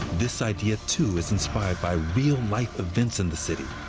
this idea too is inspired by real-life events in the city.